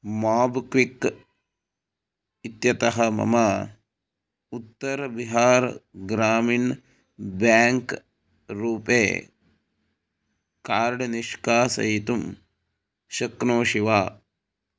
mob quick इत्यतः मम Uttar Bihar Gramin bank RuPay card निष्कासयितुं शक्नोषि वा